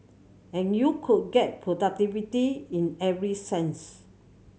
and you could get productivity in every sense